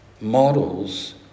models